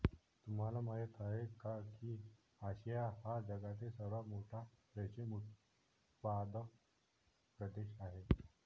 तुम्हाला माहिती आहे का की आशिया हा जगातील सर्वात मोठा रेशीम उत्पादक प्रदेश आहे